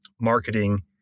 marketing